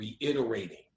reiterating